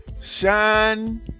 Shine